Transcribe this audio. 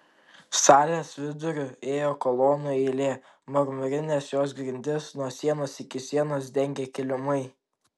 salės viduriu ėjo kolonų eilė marmurines jos grindis nuo sienos iki sienos dengė kilimai